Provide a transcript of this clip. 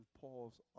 Paul's